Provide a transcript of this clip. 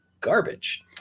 garbage